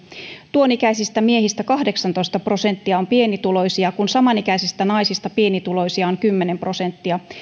tuon ikäisistä miehistä kahdeksantoista prosenttia on pienituloisia kun samanikäisistä naisista pienituloisia on kymmenen prosenttia